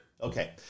Okay